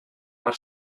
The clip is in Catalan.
per